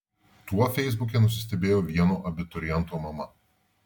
tuo feisbuke nusistebėjo vieno abituriento mama